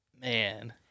man